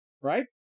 right